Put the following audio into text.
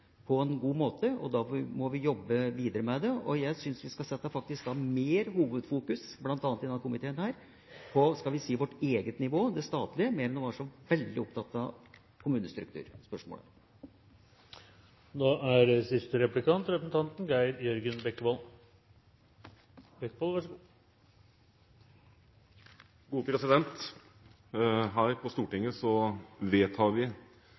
på dette. Jeg syns stortingsmeldinga for meg fungerer godt på den måten at den påpeker problemet på en god måte. Da må vi jobbe videre med det. Jeg syns da at bl.a. vi i denne komiteen faktisk skal ha hovedfokus på – skal vi si – vårt eget nivå, det statlige, mer enn å være så veldig opptatt av kommunestrukturspørsmålet. Her på Stortinget vedtar vi